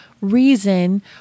reason